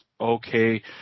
okay